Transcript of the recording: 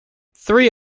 three